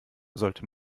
sollte